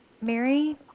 Mary